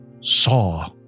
saw